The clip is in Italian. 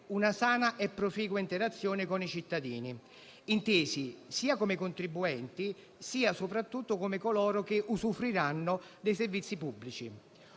una sana e proficua interazione con i cittadini, intesi sia come contribuenti sia, soprattutto, come coloro che usufruiranno dei servizi pubblici.